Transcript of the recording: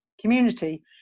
Community